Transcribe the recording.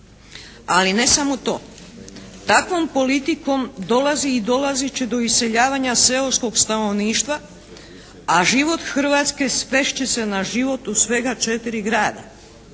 Ali ne samo to. Takvom politikom dolazi i dolazit će do iseljavanja seoskog stanovništva, a život Hrvatske svest će se na život u svega 4 grada